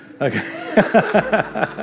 Okay